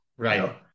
Right